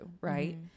right